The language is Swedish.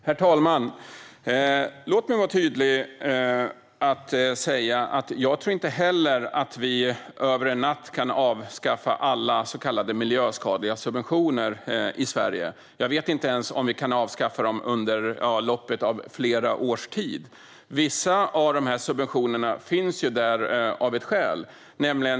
Herr talman! Låt mig vara tydlig och säga att inte heller jag tror att vi över en natt kan avskaffa alla så kallade miljöskadliga subventioner i Sverige. Jag vet inte ens om vi kan avskaffa dem under loppet av flera års tid. Vissa av de här subventionerna finns ju där av ett skäl.